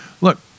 Look